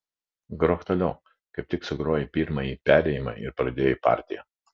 grok toliau kaip tik sugrojai pirmąjį perėjimą ir pradėjai partiją